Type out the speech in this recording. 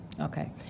Okay